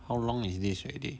how long is this already